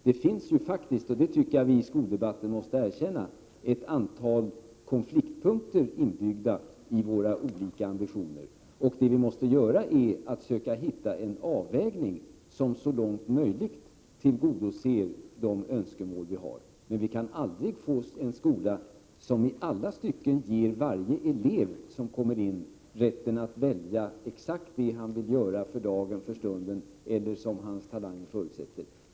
Det finns ett antal konfliktpunkter inbyggda i våra olika ambitioner, och det måste vi i skoldebatten erkänna. Vad vi måste göra är att söka hitta en avvägning som så långt möjligt tillgodoser de önskemål vi har. Men vi kan aldrig få en skola som i alla stycken ger varje elev som kommer in rätten att välja exakt det han vill göra för dagen eller stunden eller det som hans talanger förutsätter.